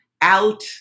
out